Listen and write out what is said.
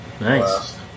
Nice